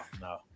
no